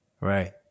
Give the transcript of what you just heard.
Right